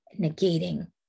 negating